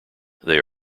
they